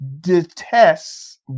detests